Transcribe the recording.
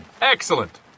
Excellent